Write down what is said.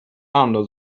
under